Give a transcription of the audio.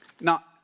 Now